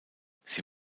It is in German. sie